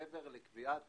מעבר לקביעת